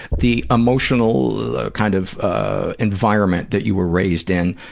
the emotional kind of environment that you were raised in,